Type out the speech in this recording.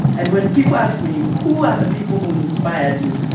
and when people ask me, who are the people who inspired you?